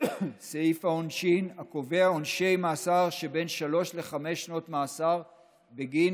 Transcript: סעיף עונשין הקובע עונשי מאסר שבין שלוש לחמש שנות מאסר בגין